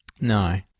No